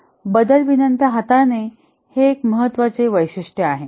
बदल विनंत्या हाताळणे हे एक महत्त्वाचे वैशिष्ट्य आहे